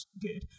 good